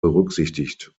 berücksichtigt